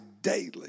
daily